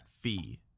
fee